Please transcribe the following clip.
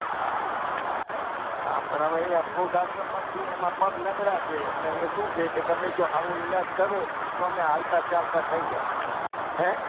હા હા હા પણ હવે અહીંયા વૃદ્ધ આશ્રમમાં છીએ એમાં પગ લંગડા છે એટલે હવે શું છે કે તમે જો સારો ઈલાજ કરો તો અમે હાલતા ચાલતા થઈ જાય હે